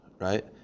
right